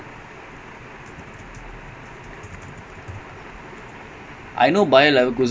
ya I know johnathan tah I know sherdakee that's all ரெண்டு:rendu